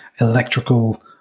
electrical